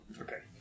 Okay